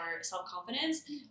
self-confidence